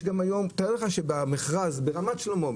תאר לך שבמכרז ברמת שלמה,